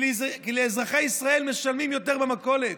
כי אזרחי ישראל משלמים יותר במכולת,